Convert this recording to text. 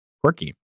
Quirky